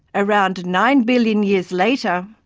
around nine billion years later,